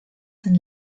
den